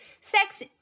Sex